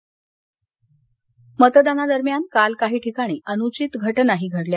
मत्य मतदानादरम्यान काळ काही ठिकाणी अनुचित घटनाही घडल्या